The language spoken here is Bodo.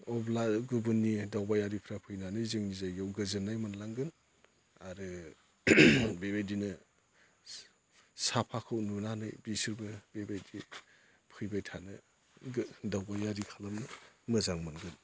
अब्ला गुबुननि दावबायारिफ्रा फैनानै जोंनि जायगायाव गोजोननाय मोनलांगोन आरो बेबायदिनो साफाखौ नुनानै बिसोरबो बेबायदि फैबायथानो दावबायारि खालामनो मोजां मोनगोन